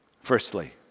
Firstly